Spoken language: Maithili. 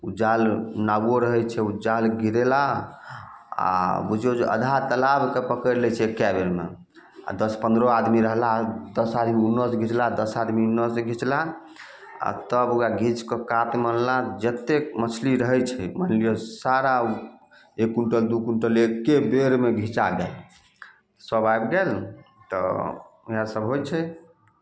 ओ जाल नाओ रहैत छै ओ जाल गिरेला आ बुझियौ जे आधा तालाब कऽ पकड़ि लै छै एके बेरमे आ दश पन्द्रह आदमी रहला दश आदमी उन्नसँ घिचला दश आदमी एन्ने से घिचला आ तब ओकरा घीच कऽ कातमे अनला जतेक मछली रहैत छै मानि लिअ सारा ओ एक कुन्टल दू कुन्टल एके बेरमे घीचा जाइत छै सभ आबि गेल तऽ ओहए सभ होइत छै